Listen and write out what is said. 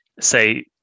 say